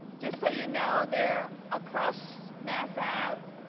just so you know, they're across mass um